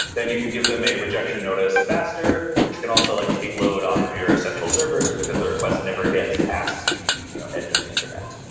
then you can give them a rejection notice faster, which can also like take load off of your central servers, because their request never gets past the you know edge of the internet.